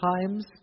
times